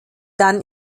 dann